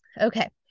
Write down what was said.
okay